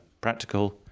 practical